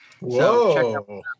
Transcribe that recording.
Whoa